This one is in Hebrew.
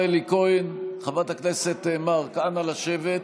חברת הכנסת מארק, אנא, לשבת,